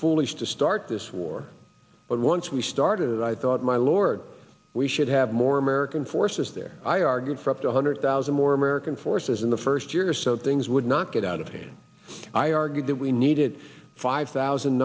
foolish to start this war but once we artit i thought my lord we should have more american forces there i argued for up to one hundred thousand more american forces in the first year so things would not get out of hand i argued that we needed five thousand